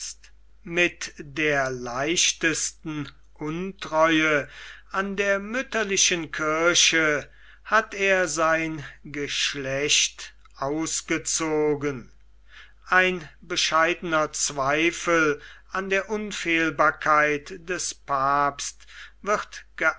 mit der leichtesten untreue an der mütterlichen kirche hat er sein geschlecht ausgezogen ein bescheidener zweifel an der unfehlbarkeit des papsts wird